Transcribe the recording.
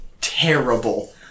terrible